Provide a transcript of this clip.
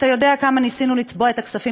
אתה יודע כמה ניסינו לצבוע את הכספים